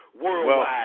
worldwide